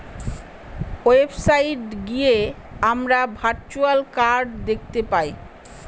website গিয়ে আমরা virtual card দেখতে পাই